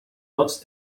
dots